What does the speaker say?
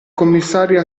commissario